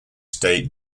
state